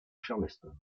charleston